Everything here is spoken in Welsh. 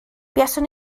buaswn